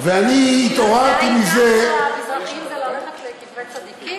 ואני התעוררתי מזה, שהמזרחים, לקברי צדיקים?